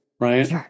right